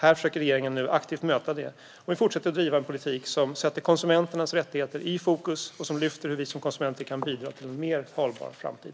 Här försöker nu regeringen att aktivt möta detta, och vi fortsätter att driva en politik som sätter konsumenternas rättigheter i fokus och som lyfter hur vi konsumenter kan bidra till en mer hållbar framtid.